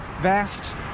vast